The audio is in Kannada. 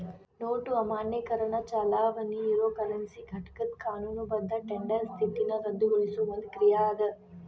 ನೋಟು ಅಮಾನ್ಯೇಕರಣ ಚಲಾವಣಿ ಇರೊ ಕರೆನ್ಸಿ ಘಟಕದ್ ಕಾನೂನುಬದ್ಧ ಟೆಂಡರ್ ಸ್ಥಿತಿನ ರದ್ದುಗೊಳಿಸೊ ಒಂದ್ ಕ್ರಿಯಾ ಅದ